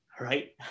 right